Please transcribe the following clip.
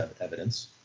evidence